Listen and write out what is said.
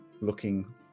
looking